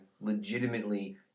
legitimately